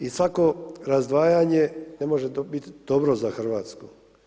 I svatko razdvajanje ne može biti dobro za Hrvatsku.